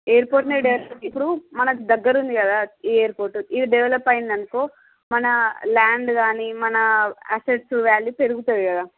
airport ని direct గా ఇప్పుడు మనకి దగ్గర ఉంది కదా ఈ ఎయిర్పోర్ట్ ఇది డెవెలప్ అయ్యిందనుకో మన ల్యాండ్ గాని మన అస్సెట్స్ వాల్యూ పెరుగుతుంది కదా